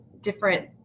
different